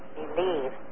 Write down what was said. believe